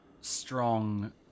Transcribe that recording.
strong